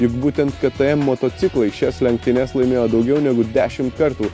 juk būtent ktm motociklai šias lenktynes laimėjo daugiau negu dešim kartų